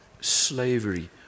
slavery